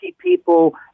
people